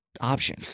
option